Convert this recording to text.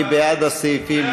מי בעד הסעיפים?